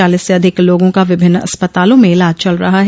चालीस से अधिक लोगों का विभिन्न अस्पतालों में इलाज चल रहा है